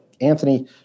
Anthony